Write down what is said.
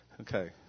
okay